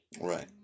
Right